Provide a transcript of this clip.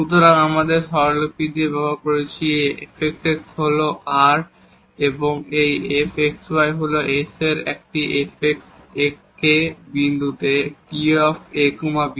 সুতরাং আমাদের নোটেশন দিয়ে আমরা ব্যবহার করেছি এই fxx হল r এবং এই fxy হল s এবং এই fkk এই বিন্দুতে t a b